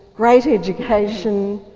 great education,